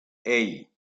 hey